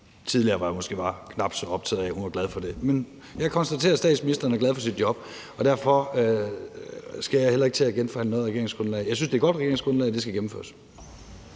Tidligere var jeg måske knap så optaget af, at hun var glad for det, men jeg konstaterer, at statsministeren er glad for sit job, og derfor skal jeg heller ikke til at genforhandle noget regeringsgrundlag. Jeg synes, det er et godt regeringsgrundlag, og det skal gennemføres.